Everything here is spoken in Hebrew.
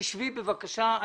תשבי בבקשה,